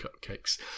cupcakes